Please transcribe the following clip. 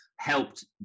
Helped